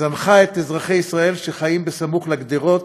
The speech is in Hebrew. זנחה את אזרחי ישראל שחיים סמוך לגדרות,